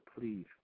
please